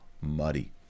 muddy